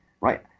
right